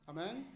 Amen